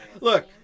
Look